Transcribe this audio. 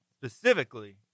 Specifically